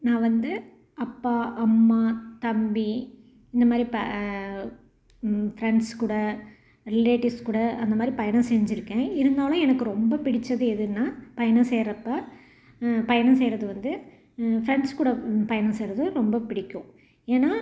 நான் வந்து அப்பா அம்மா தம்பி இந்தமாதிரி பே ஃப்ரெண்ட்ஸ் கூட ரிலேட்டிவ்ஸ் கூட அந்தமாதிரி பயணம் செஞ்சுருக்கேன் இருந்தாலும் எனக்கு ரொம்ப பிடித்தது எதுன்னால் பயணம் செய்யுறப்ப பயணம் செய்யுறது வந்து ஃப்ரெண்ட்ஸ் கூட பயணம் செய்யுறது ரொம்ப பிடிக்கும் ஏனால்